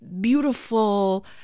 beautiful